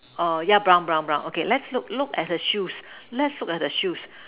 oh yeah brown brown brown okay let's look look at her shoes let's look at her shoes